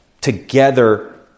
together